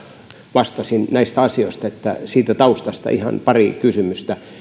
vastasin näistä asioista että siitä taustasta ihan pari kysymystä